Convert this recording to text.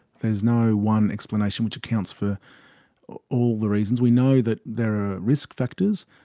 there's no one explanation which accounts for all the reasons. we know that there are risk factors,